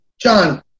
John